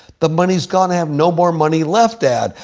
the money's gone. i have no more money left, dad.